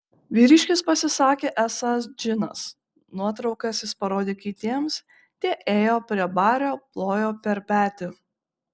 vyriškis pasisakė esąs džinas nuotraukas jis parodė kitiems tie ėjo prie bario plojo per petį